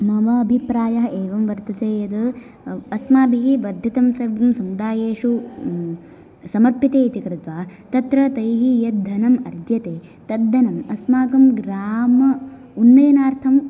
मम अभिप्रायः एवं वर्तते यत् अस्माभिः बद्धतं सर्वं समुदायेषु समर्पिते इति कृत्वा तत्र तैः यद्धनं अर्ज्यते तद्धनम् अस्माकं ग्राम उन्नयनार्थं